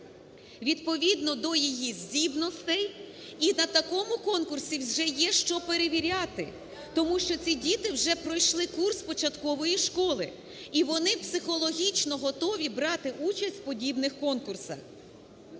відповідно до її здібностей. І на такому конкурсі вже є, що перевіряти, тому що ці діти вже пройшли курс початкової школи, і вони психологічно готові брати участь в подібних конкурсах.